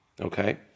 Okay